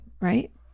right